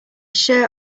shirt